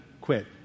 quit